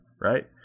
right